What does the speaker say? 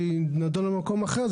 שהיא נדונה במקום אחר,